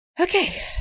Okay